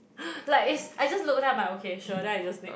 like is I just look then I'm like okay sure then I just make